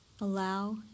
allow